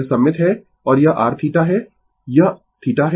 यह सममित है और यह r θ है यह θ है